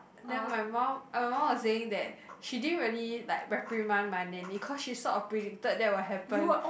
then my mum my mum was saying that she didn't really like reprimand my nanny cause she sort of predicted that will happen